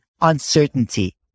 uncertainty